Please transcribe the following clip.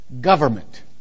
government